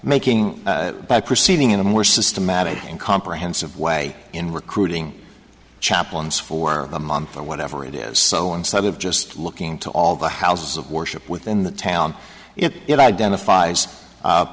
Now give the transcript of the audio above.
making by proceeding in a more systematic and comprehensive way in recruiting chaplains for a month or whatever it is so instead of just looking into all the houses of worship within the town